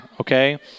okay